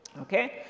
Okay